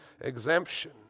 exemption